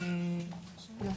זה